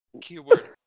Keyword